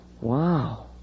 Wow